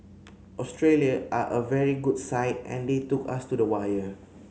Australia are a very good side and they took us to the wire